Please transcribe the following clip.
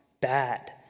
bad